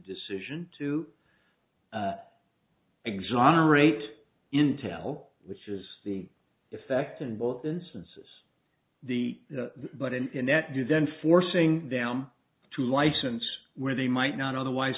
decision to exonerate intel which is the effect in both instances the but in that you then forcing them to license where they might not otherwise